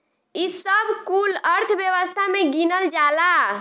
ई सब कुल अर्थव्यवस्था मे गिनल जाला